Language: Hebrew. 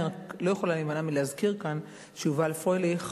אני לא יכולה להימנע מלהזכיר כאן שיובל פרייליך